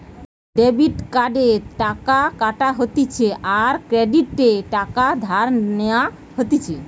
debit কার্ডে টাকা কাটা হতিছে আর ক্রেডিটে টাকা ধার নেওয়া হতিছে